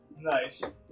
Nice